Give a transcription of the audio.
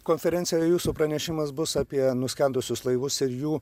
konferencijoje jūsų pranešimas bus apie nuskendusius laivus ir jų